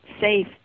safe